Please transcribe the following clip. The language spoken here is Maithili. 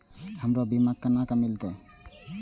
हमरो बीमा केना मिलते?